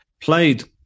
played